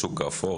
השוק האפור,